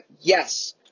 Yes